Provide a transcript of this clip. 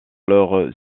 leurs